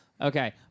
Okay